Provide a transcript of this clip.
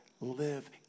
live